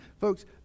folks